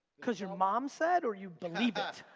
because your mom said or you believe it?